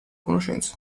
conoscenze